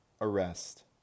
arrest